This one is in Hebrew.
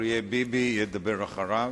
אריה ביבי ידבר אחריו.